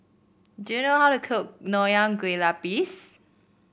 do you know how to cook Nonya Kueh Lapis